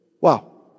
wow